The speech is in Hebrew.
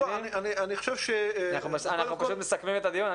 אנחנו מסכמים את הדיון.